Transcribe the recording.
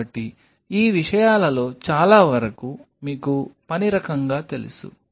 కాబట్టి ఈ విషయాలలో చాలా వరకు మీకు పని రకంగా తెలుసు